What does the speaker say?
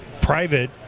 private